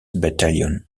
battalion